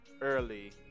early